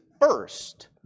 first